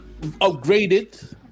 upgraded